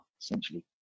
essentially